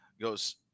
goes